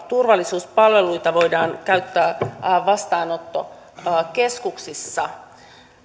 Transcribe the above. turvallisuuspalveluita voidaan käyttää vastaanottokeskuksissa